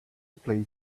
played